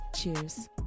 Cheers